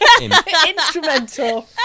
Instrumental